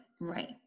right